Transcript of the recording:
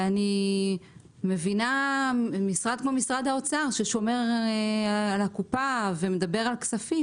אני מבינה את משרד האוצר ששומר על הקופה ומדבר על כסף,